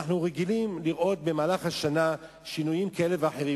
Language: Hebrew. אנחנו רגילים לראות במהלך השנה שינויים כאלה ואחרים,